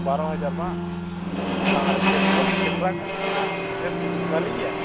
ᱵᱟᱨᱳ ᱦᱟᱡᱟᱨ ᱵᱟᱝ ᱟᱨ ᱠᱮᱢᱨᱟ ᱠᱚᱨᱮᱱᱟᱜ ᱯᱷᱮᱥᱮᱞᱤᱴᱤ ᱪᱮᱫ ᱵᱷᱟᱞᱮ ᱜᱮᱭᱟ